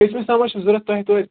کٔژمِس تامتھ چھُ ضوٚرت تۄہہِ توتہِ